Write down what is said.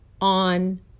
on